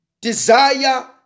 desire